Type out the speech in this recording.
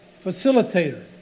facilitator